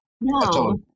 No